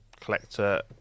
collector